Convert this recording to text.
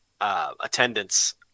attendance